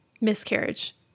miscarriage